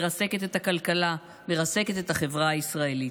מרסקת את הכלכלה ומרסקת את החברה הישראלית.